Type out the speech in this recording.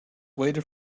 waited